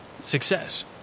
success